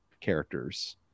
characters